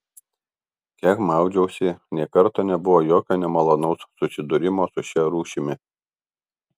kiek maudžiausi nė karto nebuvo jokio nemalonaus susidūrimo su šia rūšimi